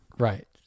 right